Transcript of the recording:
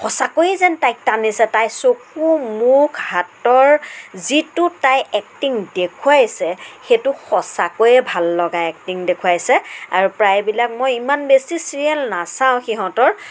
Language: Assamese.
সঁচাকৈয়ে তাইক টানিছে তাইৰ চকু মুখ হাতৰ যিটো তাইৰ এক্টিং দেখুৱাইছে সেইটো সঁচাকৈয়ে ভাল লগা এক্টিং দেখুৱাইছে আৰু প্ৰায়বিলাক মই ইমান বেছি চিৰিয়েল নাচাওঁ সিহঁতৰ